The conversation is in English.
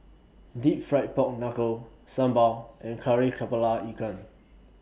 Deep Fried Pork Knuckle Sambal and Kari Kepala Ikan